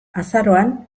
azaroan